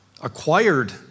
acquired